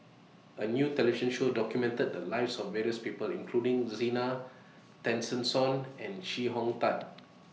A New television Show documented The Lives of various People including Zena Tessensohn and Chee Hong Tat